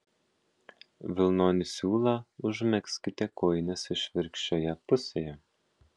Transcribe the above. vilnonį siūlą užmegzkite kojinės išvirkščioje pusėje